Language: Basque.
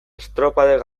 estropadek